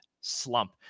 slump